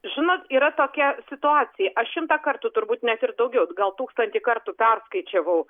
žinot yra tokia situacija aš šimtą kartų turbūt net ir daugiau gal tūkstantį kartų perskaičiavau